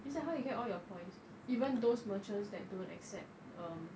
it's like how you get all your points even those merchants that don't accept um